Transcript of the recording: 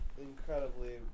incredibly